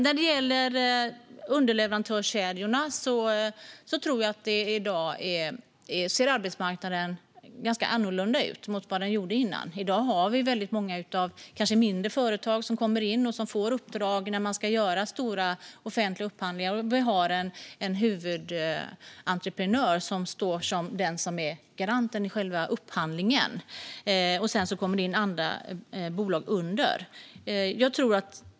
När det gäller underleverantörskedjorna ser arbetsmarknaden i dag ganska annorlunda ut mot vad den gjorde förr. I dag har vi ganska många kanske mindre företag som kommer in och får uppdrag när man ska göra stora offentliga upphandlingar. Vi har en huvudentreprenör som står som den som är garanten i själva upphandlingen. Sedan kommer det in andra bolag under.